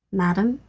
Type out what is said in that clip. madam,